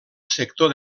sector